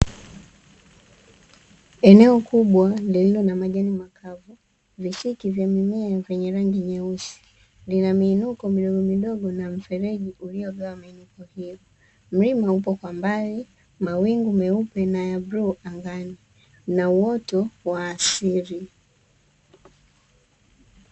Eneo kubwa lililo na majani makavu, likiwa na visiki vya mimea vyenye rangi nyeusi, vina miinuko midogomidogo na mfereji uliogawa milima hiyo. Mlima upo kwa mbali, mawingu meupe na ya bluu angani na uoto wa asili.